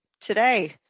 today